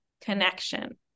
connection